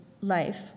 life